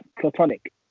platonic